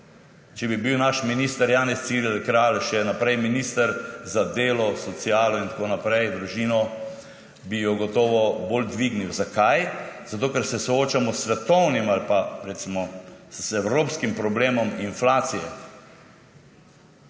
Če bi bil naš minister Janez Cigler Kralj še naprej minister za delo, socialo, družino in tako naprej, bi jo gotovo bolj dvignil. Zakaj? Zato ker se soočamo s svetovnim ali pa recimo z evropskim problemom inflacije.